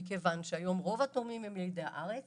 מכיוון שהיום רוב התורמים הם ילידי הארץ